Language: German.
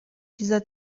dieser